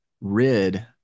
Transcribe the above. rid